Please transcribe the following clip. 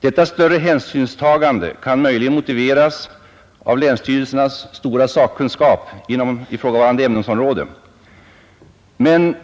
Detta större hänsynstagande kan möjligen motiveras av länsstyrelsernas stora sakkunskap inom ifrågavarande ämnesområde. Men